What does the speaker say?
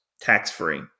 tax-free